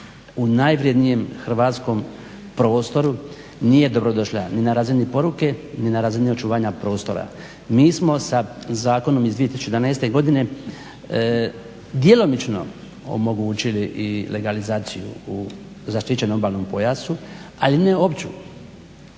u najvrednijem hrvatskom prostoru nije dobrodošla, ni na razini poruke, ni na razini očuvanja prostora. Mi samo za zakonom iz 2011.godine djelomično omogućili i legalizaciju u zaštićenom obalnom pojasu ali ne opću,